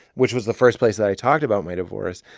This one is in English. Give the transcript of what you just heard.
which was the first place that i talked about my divorce,